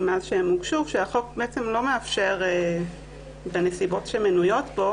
מאז הן הוגשו והחוק לא מאפשר א הנסיבות שמנויות כאן,